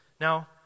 Now